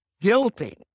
guilty